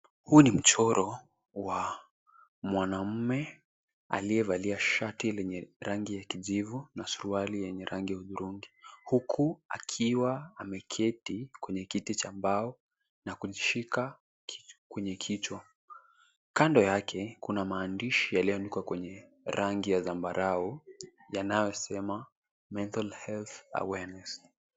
Huu ni mchoro wa mwanaume aliyevalia shati lenye rangi ya kijivu na surauli yenye rangi ya hudhurungi, huku akiwa ameketi kwenye kiti cha mbao na kujishika kwenye kichwa. Kando yake kuna maandishi yaliyoandkiwa kwenye rangi ya zambarau yanayosema Mental Health Awareness .